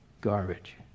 garbage